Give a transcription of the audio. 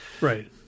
Right